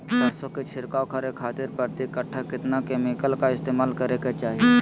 सरसों के छिड़काव करे खातिर प्रति कट्ठा कितना केमिकल का इस्तेमाल करे के चाही?